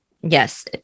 yes